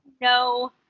no